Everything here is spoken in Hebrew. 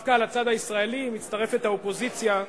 דווקא לצד הישראלי, מצטרפת האופוזיציה.